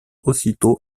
aussitôt